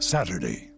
Saturday